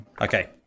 Okay